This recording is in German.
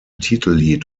titellied